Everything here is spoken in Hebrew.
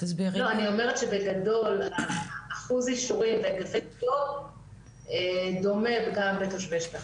אני אומרת שבגדול אחוז האישורים דומה גם בתושבי שטחים.